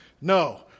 No